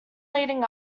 leading